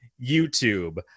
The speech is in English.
YouTube